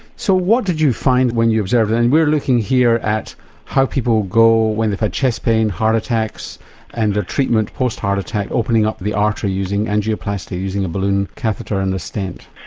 so what did you find when you observed and we're looking here at how people go when they've had chest pain, heart attacks and the treatment post heart attacks opening up the artery using angioplasty, using a balloon catheter and the stent.